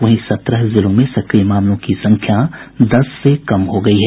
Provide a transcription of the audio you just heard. वहीं सत्रह जिलों में सक्रिय मामलों की संख्या दस से कम हो गयी है